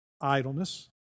idleness